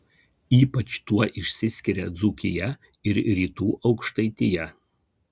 ypač tuo išsiskiria dzūkija ir rytų aukštaitija